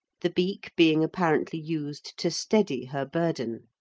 the beak being apparently used to steady her burden.